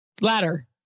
Ladder